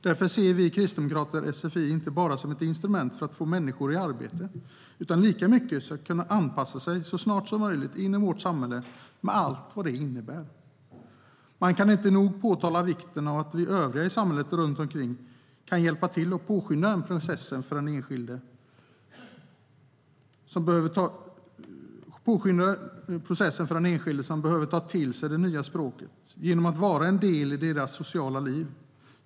Därför ser vi kristdemokrater sfi som ett instrument inte bara för att få människor i arbete utan lika mycket för att de så snart som möjligt ska kunna anpassa sig till vårt samhälle med allt vad det innebär. Man kan inte nog betona vikten av att vi övriga i samhället runt omkring kan hjälpa till att påskynda processen för de enskilda som behöver ta till sig det nya språket genom att vara en del av deras sociala liv.